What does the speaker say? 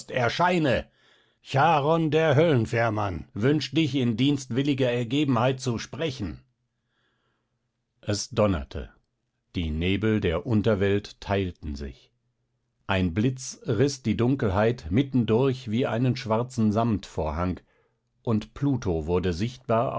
erscheine charon der höllenfährmann wünscht dich in dienstwilliger ergebenheit zu sprechen es donnerte die nebel der unterwelt teilten sich ein blitz riß die dunkelheit mittendurch wie einen schwarzen samtvorhang und pluto wurde sichtbar